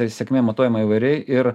sėkmė matuojama įvairiai ir